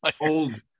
old